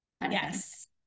Yes